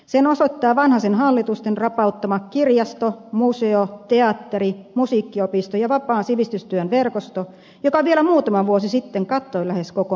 sen osoittaa vanhasen hallitusten rapauttama kirjasto museo teatteri musiikkiopisto ja vapaan sivistystyön verkosto joka vielä muutama vuosi sitten kattoi lähes koko maan